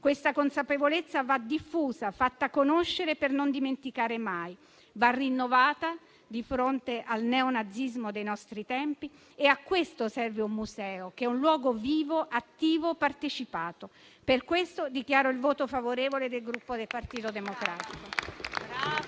questa consapevolezza va diffusa e fatta conoscere per non dimenticare mai; va rinnovata di fronte al neonazismo dei nostri tempi e a questo serve un museo, che è un luogo vivo, attivo e partecipato. Per questo dichiaro il voto favorevole del Gruppo Partito Democratico.